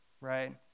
right